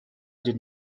did